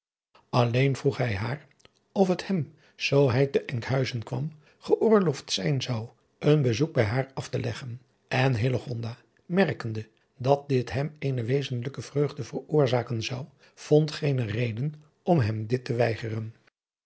alleen vroeg hij haar of het hem zoo hij te enkhuizen kwam geoorloofd zijn zou een bezoek bij haar af te leggen en hillegonda merkende dat dit hem eene wezenlijke vreugde veroorzaken zou vond geene reden om hem dit te weigeren